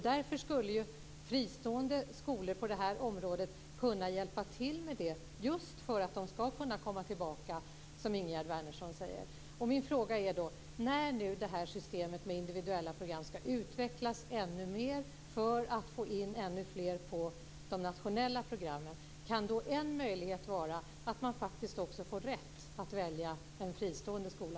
Därför skulle fristående skolor på det här området kunna hjälpa till, just för att de ska kunna komma tillbaka, som Ingegerd Wärnersson säger. Min fråga är: När nu det här systemet med individuella program ska utvecklas än mer för att få in ännu fler på de nationella programmen, kan en möjlighet vara att man faktiskt får rätt att välja en fristående skola?